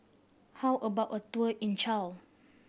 how about a tour in Chile